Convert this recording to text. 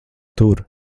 tur